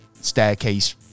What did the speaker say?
staircase